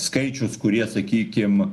skaičius kurie sakykim